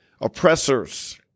oppressors